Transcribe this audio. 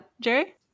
Jerry